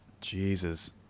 Jesus